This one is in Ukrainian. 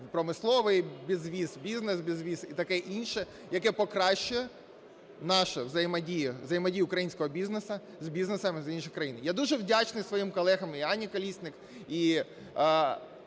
"промисловий безвіз", "бізнес-безвіз-2 і таке інше, яке покращує нашу взаємодію: взаємодію українського бізнесу з бізнесом інших країн. Я дуже вдячний своїм колегам, і Ані Колісник, і